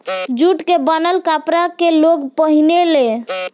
jute के बनल कपड़ा के लोग पहिने ले